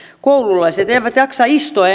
koululaiset eivät jaksa istua